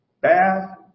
Bath